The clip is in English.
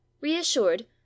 Reassured